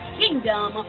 kingdom